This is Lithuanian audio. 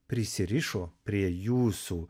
prisirišo prie jūsų